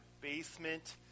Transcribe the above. basement